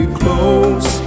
close